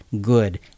good